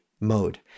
mode